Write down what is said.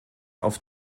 auf